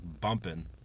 bumping